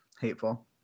Hateful